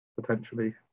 Potentially